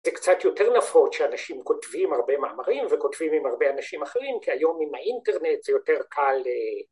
‫זה קצת יותר נפוץ שאנשים ‫כותבים הרבה מאמרים ‫וכותבים עם הרבה אנשים אחרים, ‫כי היום עם האינטרנט זה יותר קל...